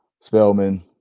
Spelman